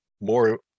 more